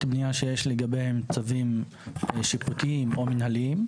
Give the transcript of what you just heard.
בניה שיש לגביהם צווים שיפוטיים או מנהליים,